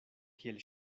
kiel